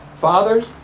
Fathers